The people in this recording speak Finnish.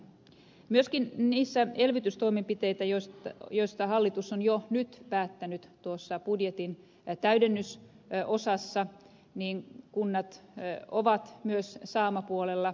myöskin niissä elvytystoimenpiteissä joista hallitus on jo nyt päättänyt tuossa budjetin täydennysosassa kunnat ovat myös saamapuolella